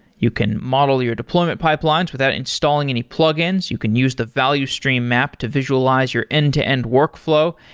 you can model your deployment pipelines without installing any plugins. you can use the value stream map to visualize your end-to-end workflow,